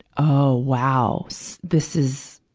oh, wow! so this is,